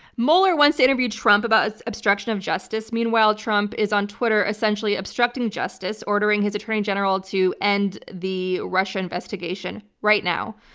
mueller wants to interview trump about obstruction of justice, meanwhile trump is on twitter, essentially obstructing justice, ordering his attorney general to end the russian investigation right now,